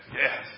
yes